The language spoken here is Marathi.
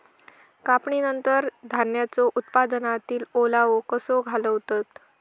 कापणीनंतर धान्यांचो उत्पादनातील ओलावो कसो घालवतत?